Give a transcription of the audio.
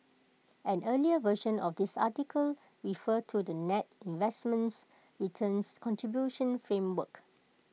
an earlier version of this article referred to the net investments returns contribution framework